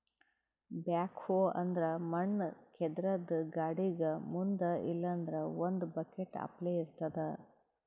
backhoe ಅಂದ್ರ ಮಣ್ಣ್ ಕೇದ್ರದ್ದ್ ಗಾಡಿಗ್ ಮುಂದ್ ಇಲ್ಲಂದ್ರ ಒಂದ್ ಬಕೆಟ್ ಅಪ್ಲೆ ಇರ್ತದ್